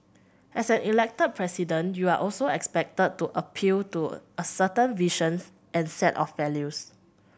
as an Elected President you are also expected to appeal to a certain visions and set of values